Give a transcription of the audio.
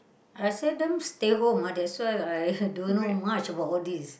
I seldom stay home ah that's why I don't know much about all these